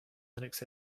linux